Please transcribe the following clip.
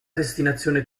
destinazione